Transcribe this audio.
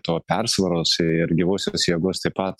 to persvaros ir gyvosios jėgos taip pat